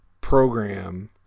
program